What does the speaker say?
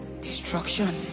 Destruction